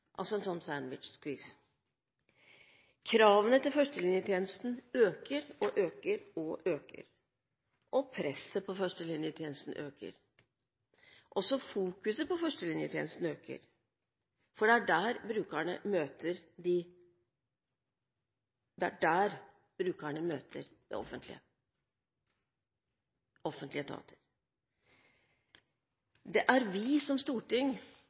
altså en sånn «sandwich»-skvis. Kravene til førstelinjetjenesten øker og øker og øker, og presset på førstelinjetjenesten øker. Også fokuseringen på førstelinjetjenesten øker, for det er der brukerne møter de offentlige etater. Det er vi som storting, gjennom våre vedtak, og regjeringen, som gjennomføringsinstans, som